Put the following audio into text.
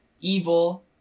evil